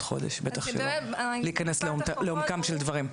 חודש ובטח שלא להיכנס לעומקם של דברים.